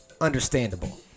understandable